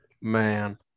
Man